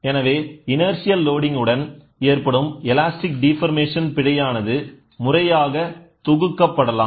எனவே inertial loading உடன் ஏற்படும் எலாஸ்டிக் டிஃபர்மேஷன் பிழையானது முறையாக தொகுக்கப்படலாம்